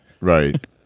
Right